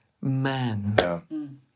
man